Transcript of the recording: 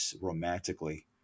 romantically